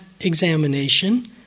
examination